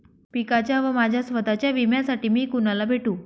पिकाच्या व माझ्या स्वत:च्या विम्यासाठी मी कुणाला भेटू?